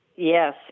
Yes